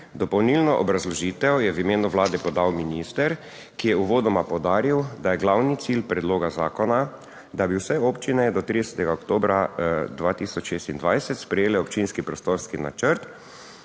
Dopolnilno obrazložitev je v imenu Vlade podal minister, ki je uvodoma poudaril, da je glavni cilj predloga zakona, da bi vse občine do 30. oktobra 2026 sprejele občinski prostorski načrt,